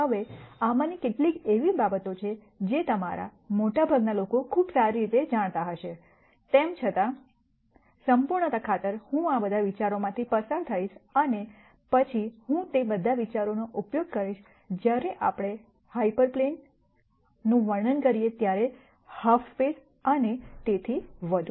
હવે આમાંની કેટલીક એવી બાબતો છે જે તમારા મોટાભાગના લોકો માટે ખૂબ સારી રીતે જાણીતી હશે તેમ છતાં સંપૂર્ણતા ખાતર હું આ બધા વિચારોમાંથી પસાર થઈશ અને પછી હું તે બધા વિચારોનો ઉપયોગ કરીશ જ્યારે આપણે હાયપર પ્લેનનું વર્ણન કરીએ ત્યારે હાલ્ફ સ્પેસ અને તેથી વધુ